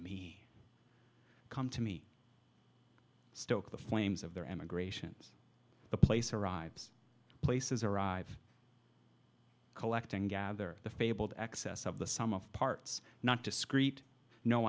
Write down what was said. me come to me stoke the flames of their emigration the place arrives places arrive collecting gather the fabled excess of the sum of parts not discrete no